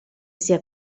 sia